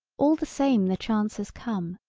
all the same the chance has come,